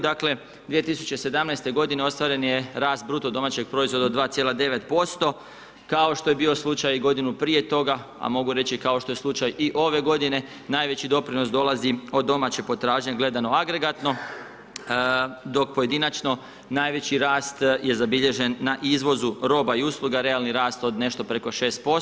Dakle, 2017. ostvaren je rast BDP, od 2,9% kao što je bio slučaj godinu prije toga, a mogu reći kao što je slučaj i ove g. Najveći doprinos dolazi od domaće potražnje gledano agregatno, dok pojedinačno najveći rast je zabilježen na izvozu roba i usluga, realni rast od nešto preko 6%